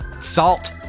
Salt